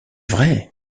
vrai